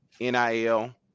nil